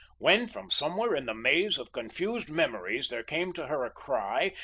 when from somewhere in the maze of confused memories there came to her a cry,